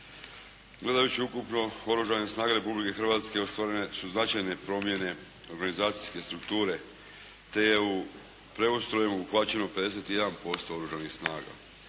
Gledajući ukupno Oružane snage Republike Hrvatske ostvarile su značajne promjene organizacijske strukture te je u preustroju obuhvaćeno 51% oružanih snaga.